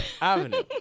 Avenue